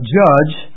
judge